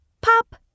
Pop